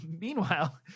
meanwhile